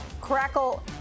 Crackle